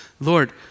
Lord